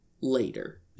later